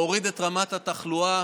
להוריד את רמת התחלואה